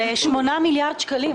זה 8 מיליארד שקלים.